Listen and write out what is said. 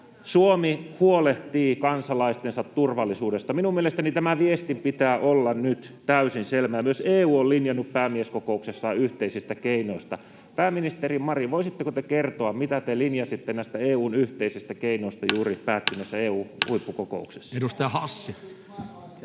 Suomi huolehtii kansalaistensa turvallisuudesta. Minun mielestäni tämän viestin pitää olla nyt täysin selvä. Ja myös EU on linjannut päämieskokouksessaan yhteisistä keinoista. Pääministeri Marin, voisitteko te kertoa, mitä te linjasitte näistä EU:n yhteisistä keinoista juuri päättyneessä EU-huippukokouksessa? Edustaja Hassi.